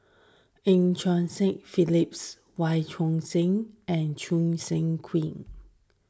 Eu Cheng Seng Phyllis Wee Choon Seng and Choo Seng Quee